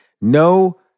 No